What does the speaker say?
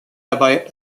dabei